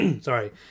Sorry